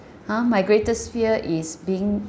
!huh! my greatest fear is being